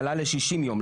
עלה לשישים יום.